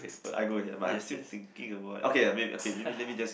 I go ahead but I still thinking about okay maybe okay maybe let me just